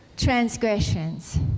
Transgressions